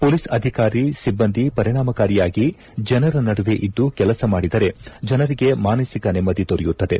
police ಅಧಿಕಾರಿ ಸಿಬ್ಬಂದಿ ಪರಿಣಾಮಕಾರಿಯಾಗಿ ಜನರ ನಡುವೆ ಇದ್ದು ಕೆಲಸ ಮಾಡಿದರೆ ಜನರಿಗೆ ಮಾನಸಿಕ ನೆಮ್ಮದಿ ದೊರೆಯುತ್ತದೆ